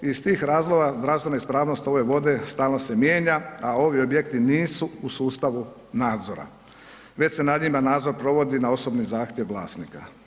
Iz tih razloga zdravstvena ispravnost ove vode stalno se mijenja, a ovi objekti nisu u sustavu nadzora, već se na njima nadzor provodi na osobni zahtjev vlasnika.